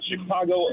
Chicago